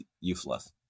useless